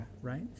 right